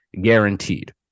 guaranteed